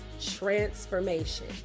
transformation